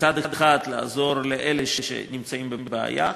מצד אחד לעזור לאלה שנמצאים בבעיה,